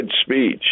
speech